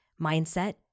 mindset